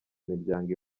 miryango